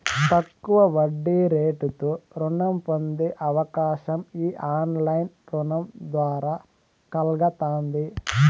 తక్కువ వడ్డీరేటుతో రుణం పొందే అవకాశం ఈ ఆన్లైన్ రుణం ద్వారా కల్గతాంది